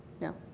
No